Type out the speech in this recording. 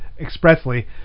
expressly